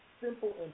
simple